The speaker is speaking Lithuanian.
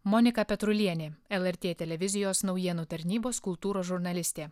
monika petrulienė lrt televizijos naujienų tarnybos kultūros žurnalistė